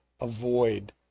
avoid